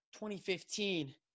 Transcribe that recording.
2015